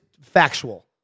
factual